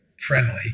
friendly